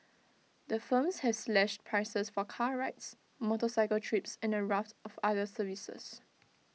the firms have slashed prices for car rides motorcycle trips and A raft of other services